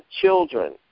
children